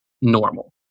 normal